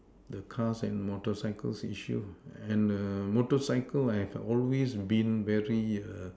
the cars and motorcycles issues and err motorcycles has always been very err